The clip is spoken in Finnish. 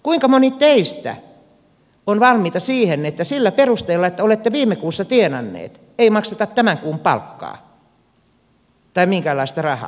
kuinka moni teistä on valmiita siihen että sillä perusteella että olette viime kuussa tienanneet ei makseta tämän kuun palkkaa tai minkäänlaista rahaa